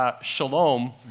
shalom